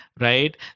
right